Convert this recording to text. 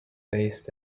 based